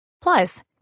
Plus